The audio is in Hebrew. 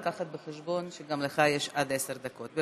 להביא בחשבון שגם לך יש עד עשר דקות.